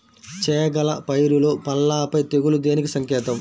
చేగల పైరులో పల్లాపై తెగులు దేనికి సంకేతం?